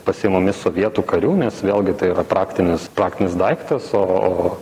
pasiimami sovietų karių nes vėlgi tai yra praktinis praktinis daiktas o o